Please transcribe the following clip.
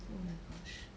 oh my gosh